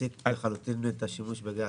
להפסיק לחלוטין את השימוש בגז?